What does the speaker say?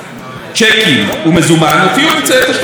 צ'קים ומזומן, הופיעו אמצעי תשלום חדשים,